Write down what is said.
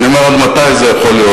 ואני אומר: עד מתי זה יכול להיות?